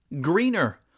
greener